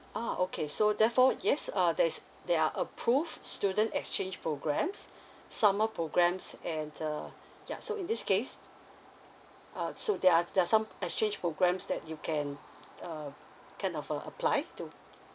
ah okay so therefore yes uh there is there are approved student exchange programmes summer programmes and uh ya so in this case uh so there are there are some exchange programmes that you can um kind of uh apply to